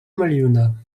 maljuna